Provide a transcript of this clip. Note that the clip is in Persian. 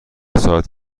ساعت